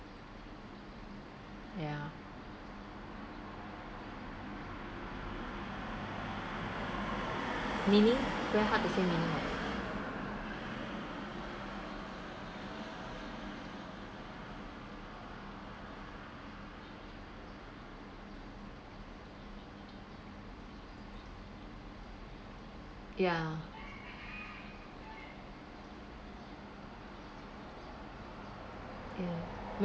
ya meaning very hard to say meaning ya ya